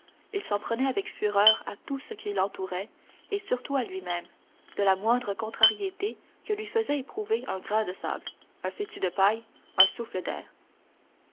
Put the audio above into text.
il s'en prenait avec fureur à tout ce qui l'entourait et surtout à lui-même de la moindre contrariété que lui faisait éprouver un grain de sable un fétu de paille un souffle d'air